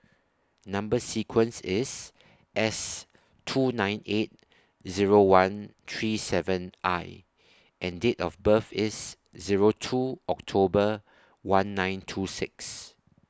Number sequence IS S two nine eight Zero one three seven I and Date of birth IS Zero two October one nine two six